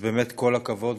באמת כל הכבוד,